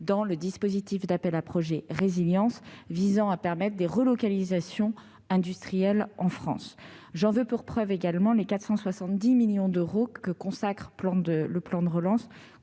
dans le dispositif d'appel à projet Résilience, qui vise à permettre des relocalisations industrielles en France. J'en veux également pour preuve les 470 millions d'euros que le plan de relance